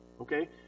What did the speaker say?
Okay